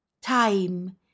time